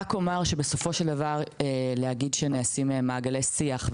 נאמר שנעשים מעגלי שיח,